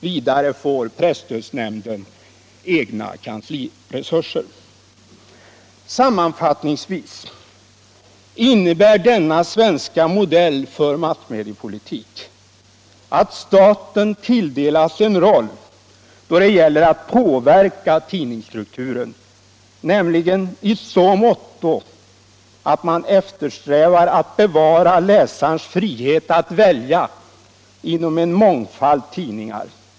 Vidare får presstödsnämnden egna kansliresurser. Sammanfattningsvis innebär denna svenska modell för massmediepolitik att staten tilldelas en roll då det gäller att påverka tidningsstrukturen, nämligen i så måtto att man efterstävar att bevara läsarens frihet att välja inom en mångfald tidningar.